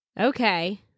okay